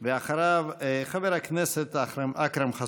אחריו, חבר הכנסת אכרם חסון.